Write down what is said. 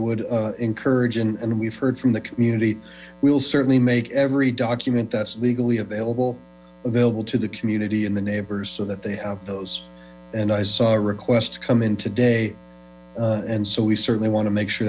would encourage and we've heard from the community we will certainly make every document that's legally available available to the community and the neighbors so that they have those and i saw arequest come in today and so we certainly want to make sure